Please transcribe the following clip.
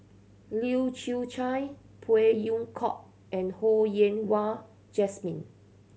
Leu Chew Chye Phey Yew Kok and Ho Yen Wah Jesmine